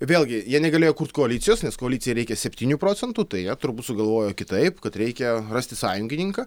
vėlgi jie negalėjo kurt koalicijos nes koalicijai reikia septynių procentų tai jie turbūt sugalvojo kitaip kad reikia rasti sąjungininką